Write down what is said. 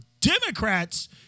Democrats